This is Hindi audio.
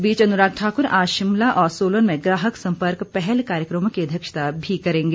इस बीच अनुराग ठाकुर आज शिमला और सोलन में ग्राहक सम्पर्क पहल कार्यक्रमों की अध्यक्षता भी करेंगे